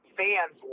fans